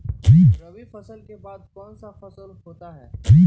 रवि फसल के बाद कौन सा फसल होता है?